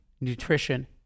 nutrition